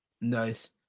Nice